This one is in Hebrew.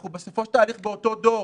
אנחנו בסופו של דבר באותו דור,